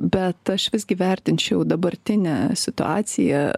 bet aš visgi vertinčiau dabartinę situaciją